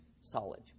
solid